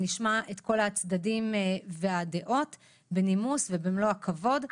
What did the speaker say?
נשמע את כל הצדדים והדעות בנימוס ובמלוא הכבוד.